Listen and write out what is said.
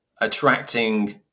attracting